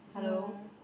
no